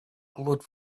glowed